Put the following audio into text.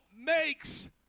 makes